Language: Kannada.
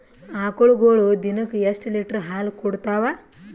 ಆಕಳುಗೊಳು ದಿನಕ್ಕ ಎಷ್ಟ ಲೀಟರ್ ಹಾಲ ಕುಡತಾವ?